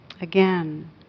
Again